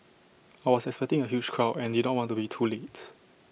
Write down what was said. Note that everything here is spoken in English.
I was expecting A huge crowd and did not want to be too late